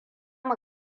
mu